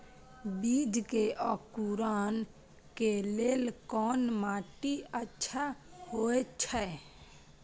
बीज के अंकुरण के लेल कोन माटी अच्छा होय छै?